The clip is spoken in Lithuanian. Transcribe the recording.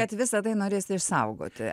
kad visa tai norėsi išsaugoti